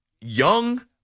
young